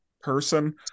person